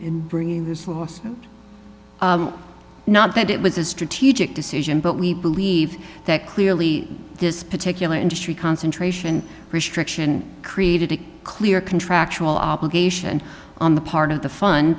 bringing not that it was a strategic decision but we believe that clearly this particular industry concentration restriction created a clear contractual obligation on the part of the fun